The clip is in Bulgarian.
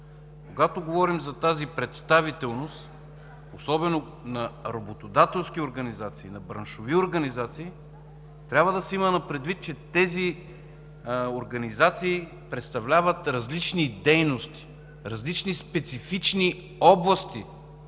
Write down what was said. когато говорим за тази представителност, особено на работодателски и браншови организации, трябва да се има предвид, че тези организации представляват различни дейности, различни специфични области